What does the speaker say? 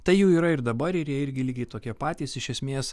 tai jų yra ir dabar ir jie irgi lygiai tokie patys iš esmės